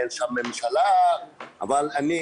סלים,